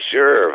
Sure